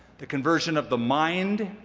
the conversion of the mind,